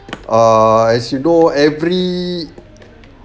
uh as you know every